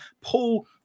Paul